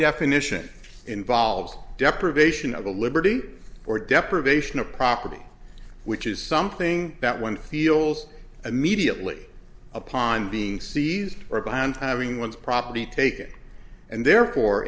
definition involves deprivation of the liberty or deprivation of property which is something that one feels immediately upon being seized or behind having one's property taken and therefore